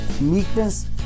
meekness